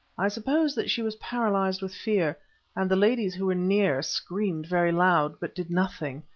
i suppose that she was paralysed with fear and the ladies who were near screamed very loud, but did nothing.